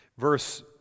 Verse